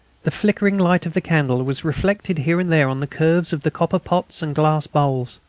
the flickering light of the candle was reflected here and there on the curves of the copper pots and glass bowls.